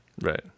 Right